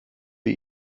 wir